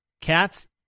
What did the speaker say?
cats